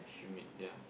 humid yeah